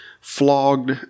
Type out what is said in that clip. flogged